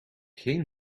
geen